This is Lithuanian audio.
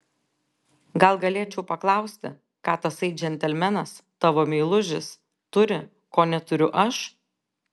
gal galėčiau paklausti ką tasai džentelmenas tavo meilužis turi ko neturiu aš